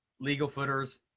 legal footers,